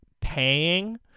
paying